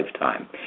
lifetime